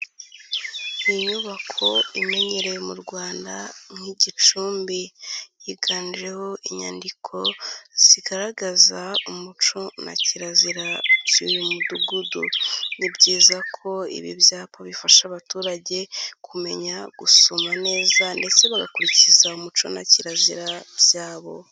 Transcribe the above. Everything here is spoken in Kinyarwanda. Inyubako imenyerewe mu Rwanda nk'igicumbi, yiganjeho inyandiko zigaragaza umuco na kirazira z'uyu mudugudu. Ni byiza ko ibi byapa bifasha abaturage kumenya gusoma neza ndetse bagakurikiza umuco na kirazira byabo.